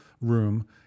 room